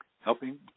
helping